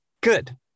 Good